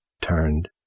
turned